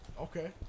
Okay